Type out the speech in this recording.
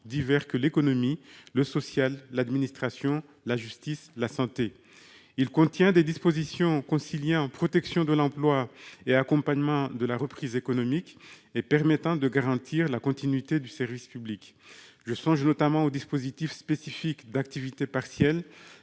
variés que l'économie, le social, l'administration, la justice, la santé. Il comporte des dispositions conciliant protection de l'emploi et accompagnement de la reprise économique et d'autres permettant de garantir la continuité du service public. Je songe notamment au dispositif spécifique d'activité partielle